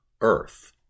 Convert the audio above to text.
earth